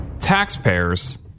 Taxpayers